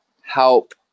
help